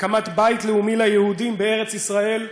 הקמת בית לאומי ליהודים בארץ ישראל,